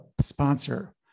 sponsor